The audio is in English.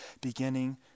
beginning